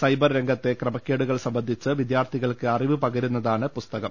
cyber രംഗത്തെ ക്രമക്കേടുകൾ സംബന്ധിച്ച് വിദ്യാർത്ഥികൾക്ക് അറിവ് പകരുന്നതാണ് പുസ്തകം